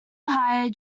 higher